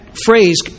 Phrase